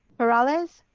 peralez,